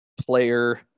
player